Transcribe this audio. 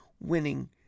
winning